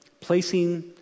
placing